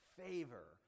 favor